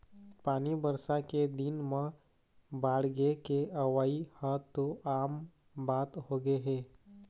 पानी बरसा के दिन म बाड़गे के अवइ ह तो आम बात होगे हे